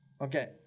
Okay